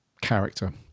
character